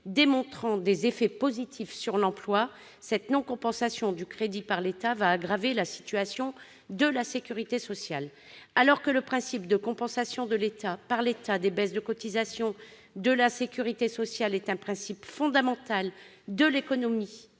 démontrant des effets positifs sur l'emploi, cette non-compensation du CITS par l'État va aggraver la situation de la sécurité sociale. La compensation par l'État des baisses de cotisations de la sécurité sociale constitue un principe fondamental de l'autonomie